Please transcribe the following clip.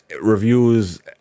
reviews